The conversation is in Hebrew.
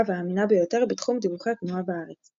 והאמינה ביותר בתחום דיווחי התנועה בארץ.